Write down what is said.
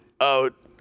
out